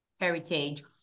heritage